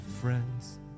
friends